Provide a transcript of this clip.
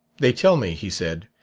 they tell me he said,